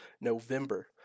November